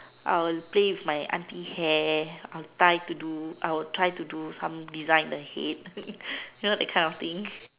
I will play with my auntie hair I will tied to do I will try to do some design with the head you know that kind of thing